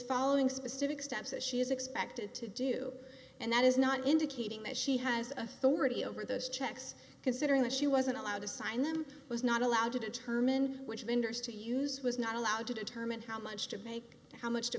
following specific steps as she is expected to do and that is not indicating that she has authority over those checks considering that she wasn't allowed to sign them was not allowed to determine which vendors to use was not allowed to determine how much to make how much to